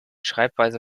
schreibweise